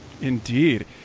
Indeed